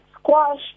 squash